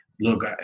Look